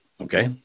Okay